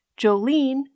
Jolene